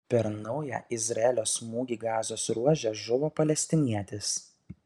per naują izraelio smūgį gazos ruože žuvo palestinietis